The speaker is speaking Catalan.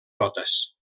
notes